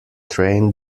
train